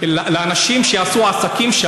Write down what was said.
לאנשים שעשו שם עסקים,